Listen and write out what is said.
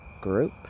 group